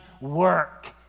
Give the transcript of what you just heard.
work